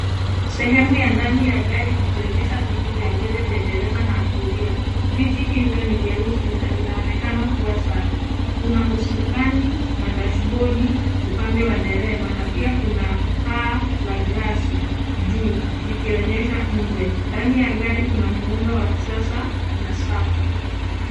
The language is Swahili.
Sehemu ya ndani ya gari ikionyesha viti vya mbele vya dereva na abiria. Viti hivyo ni vyeusi na vinaonekana kuwa safi. Kuna usukani na dashibodi upande wa dereva na pia kuna paa la gilasi juu likionyesha nje. Ndani ya gari kuna muundo wa kisasa na safi.